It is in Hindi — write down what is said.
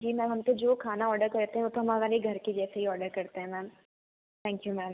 जी मैम हम तो जो खाना ऑडर करते हैं वो तो हम हमारे घर के जैसे ही ऑडर करते हैं मैम थैंक यू मैम